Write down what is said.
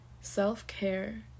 Self-care